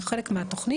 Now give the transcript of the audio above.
זה חלק מהתוכנית,